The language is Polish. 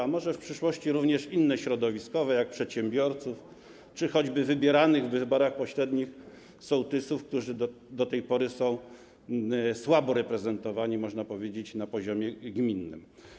A może w przyszłości potrzebne będą również inne środowiskowe rady, jak rada przedsiębiorców czy choćby wybieranych w wyborach pośrednich sołtysów, którzy do tej pory są słabo reprezentowani, można powiedzieć, na poziomie gminnym.